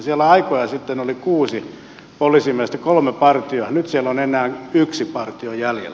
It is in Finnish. siellä aikoja sitten oli kuusi poliisimiestä kolme partiota ja nyt siellä on enää yksi partio jäljellä